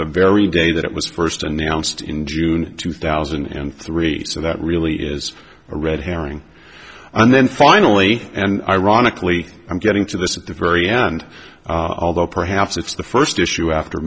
the very day that it was first announced in june two thousand and three so that really is a red herring and then finally and ironically i'm getting to this at the very end although perhaps it's the first issue after